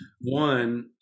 one